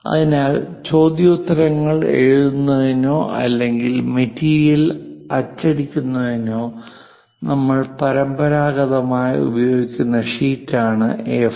അതിനാൽ ചോദ്യോത്തരങ്ങൾ എഴുതുന്നതിനോ അല്ലെങ്കിൽ മെറ്റീരിയൽ അച്ചടിക്കുന്നതിനോ നമ്മൾ പരമ്പരാഗതമായി ഉപയോഗിക്കുന്ന ഷീറ്റാണ് എ4